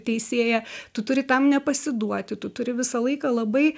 teisėją tu turi tam nepasiduoti tu turi visą laiką labai